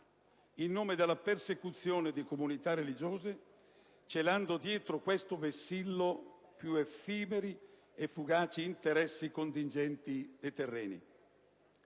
in nome della persecuzione di comunità religiose, celando dietro questo vessillo più effimeri e fugaci interessi contingenti e terreni.